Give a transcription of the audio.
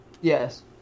Yes